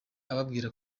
ababwira